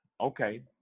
Okay